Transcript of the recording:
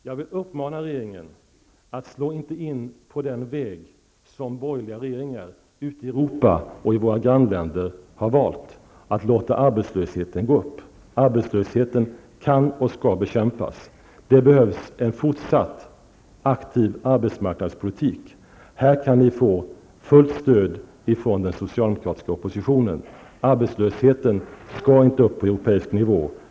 Jag vill uppmana regeringen att inte slå in på den väg som borgerliga regeringar ute i Europa och i våra grannländer har valt, att låta arbetslösheten gå upp. Arbetslösheten kan och skall bekämpas. Det behövs en fortsatt aktiv arbetsmarknadspolitik. Här kan ni få fullt stöd från den socialdemokratiska oppositionen. Arbetslösheten skall inte upp på europeisk nivå.